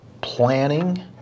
planning